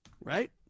Right